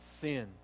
sin